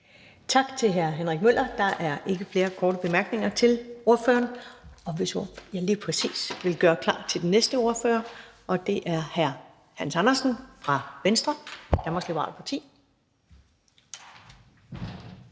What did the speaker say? Tak til hr. Henrik Møller. Der er ikke flere korte bemærkninger til ordføreren. Og ordføreren er ved at gøre klar til den næste ordfører, som er hr. Hans Andersen fra Venstre, Danmarks Liberale Parti.